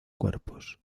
cuerpos